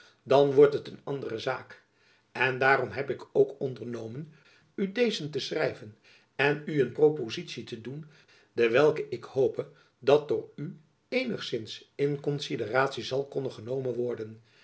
dan wort het een andere saeck en daerom heb ik oock ondernomen u dezen te schrijven en u een propositie te doen dewelcke ick hope dat door u eenigsins in consideratie sal connen genomen werden